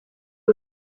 ubu